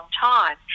time